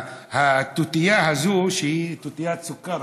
התותייה הזאת שהיא תותיית סוכר,